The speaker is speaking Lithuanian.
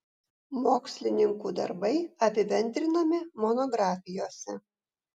mokslininkų darbai apibendrinami monografijose